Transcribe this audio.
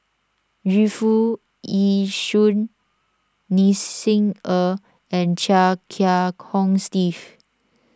Yu Foo Yee Shoon Ni Xi Er and Chia Kiah Hong Steve